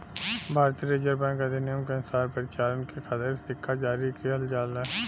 भारतीय reserve bank अधिनियम के अनुसार परिचालन के खातिर सिक्का जारी किहल जाला